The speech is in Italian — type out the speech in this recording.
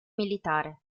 militare